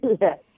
Yes